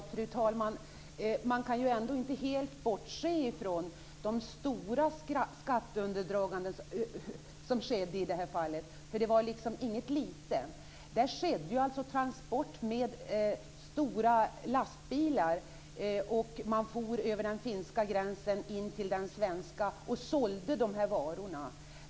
Fru talman! Man kan ju ändå inte helt bortse från de stora skatteundandraganden som skedde i det här fallet. Det var liksom inte lite. Det skedde alltså transporter med stora lastbilar. Man for över den finska gränsen in till Sverige och sålde de här varorna.